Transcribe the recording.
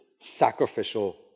sacrificial